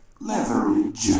Leverage